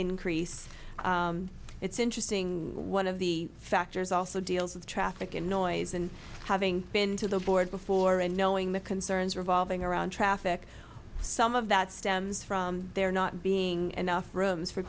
increase it's interesting one of the factors also deals with the track again noise and having been to the board before and knowing the concerns revolving around traffic some of that stems from there not being enough rooms for